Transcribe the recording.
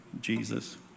Jesus